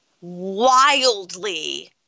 wildly